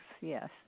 yes